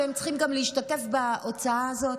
שהם צריכים להשתתף גם בהוצאה הזאת?